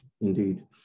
Indeed